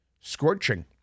scorching